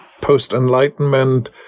post-enlightenment